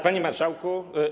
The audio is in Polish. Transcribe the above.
Panie Marszałku!